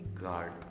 God